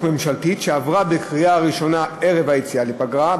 ממשלתית שעברה בקריאה ראשונה ערב היציאה לפגרה,